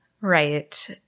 Right